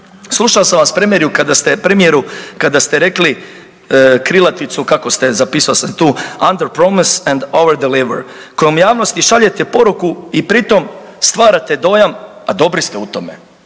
kada ste, premijeru kada ste rekli krilaticu kako ste, zapisao sam tu …/Govornik se ne razumije/…kojom javnosti šaljete poruku i pri tom stvarate dojam, a dobri ste u tome,